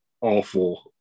awful